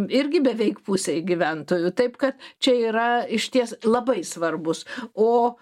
irgi beveik pusei gyventojų taip kad čia yra išties labai svarbūs o